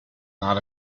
not